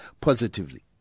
positively